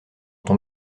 ton